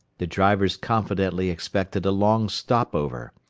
the drivers confidently expected a long stopover.